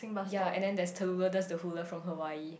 ya and then there's Talula Does the Hula from Hawaii